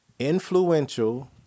Influential